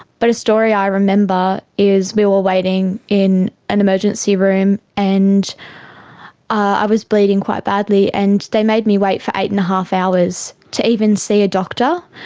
but a story i remember is we were waiting in an emergency room and i was bleeding quite badly and they made me wait for eight and a half hours to even see a doctor.